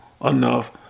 enough